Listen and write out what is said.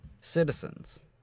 citizens